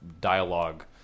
dialogue